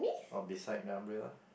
or beside the umbrella